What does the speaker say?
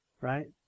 Right